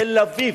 "תל-אביב,